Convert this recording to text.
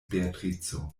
beatrico